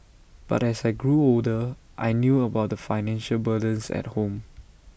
but as I grew older I knew about the financial burdens at home